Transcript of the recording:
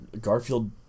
Garfield